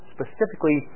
Specifically